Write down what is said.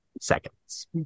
seconds